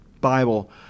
Bible